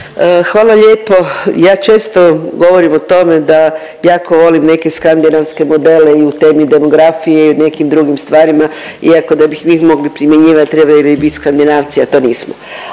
Hvala lijepo. Ja često govorim o tome da jako volim neke skandinavske model i u temi demografije i u nekim drugim stvarima, iako da bi ih mi mogli primjenjivati trebali bi bit Skandinavci, a to nismo.